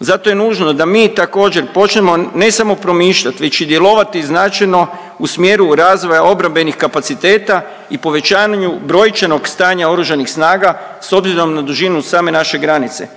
Zato je nužno da mi također počnemo ne samo promišljat već i djelovati značajno u smjeru razvoja obrambenih kapaciteta i povećanju brojčanog stanja oružanih snaga s obzirom na dužinu same naše granice.